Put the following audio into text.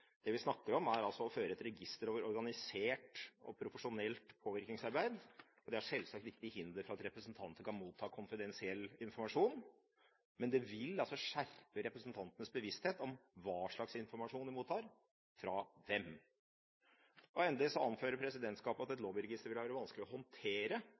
Det vi snakker om, er å føre et register over organisert og profesjonelt påvirkningsarbeid. Det er selvsagt ikke til hinder for at representanter kan motta konfidensiell informasjon, men det vil skjerpe representantenes bevissthet om hva slags informasjon de mottar fra hvem. Endelig anfører presidentskapet at et lobbyregister vil være vanskelig å håndtere